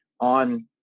on